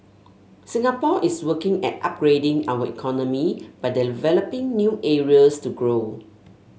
Singapore is working at upgrading our economy by developing new areas to grow